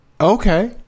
Okay